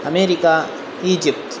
America Egypt